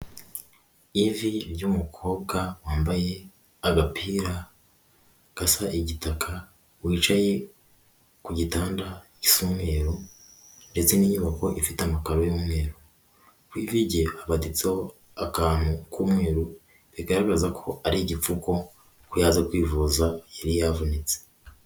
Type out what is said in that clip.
Ivi ry'umukobwa wambaye agapira gasa igitaka, wicaye ku gitanda gisa umweru ndetse n'inyubako ifite amakaro y'umweru, ku ivi rye habaditseho akantu k'umweru bigaragaza ko ari igipfuko ko yaza kwivuza, yari yavunitse.